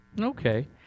Okay